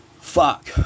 FUCK